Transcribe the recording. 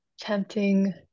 tempting